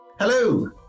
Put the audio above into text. Hello